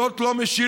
זאת לא משילות,